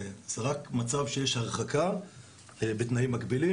זה רק למצב שיש הרחקה בתנאים מגבילים